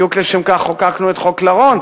בדיוק לשם כך חוקקנו את חוק לרון,